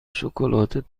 شکلات